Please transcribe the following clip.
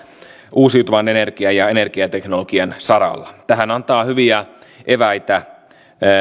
uusiutuvan energian ja energiateknologian saralla tähän antaa hyviä eväitä